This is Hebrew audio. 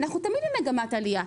אנחנו תמיד במגמת עליה.